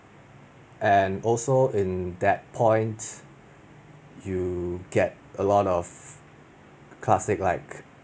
and also in that point you get a lot of classic like